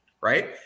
right